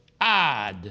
odd